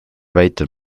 väitel